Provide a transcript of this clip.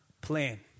plan